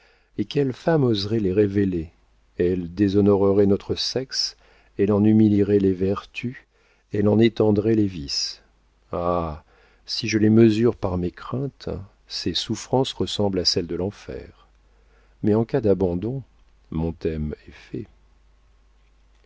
et quelle femme oserait les révéler elles déshonoreraient notre sexe elles en humilieraient les vertus elles en étendraient les vices ah si je les mesure par mes craintes ces souffrances ressemblent à celles de l'enfer mais en cas d'abandon mon thème est fait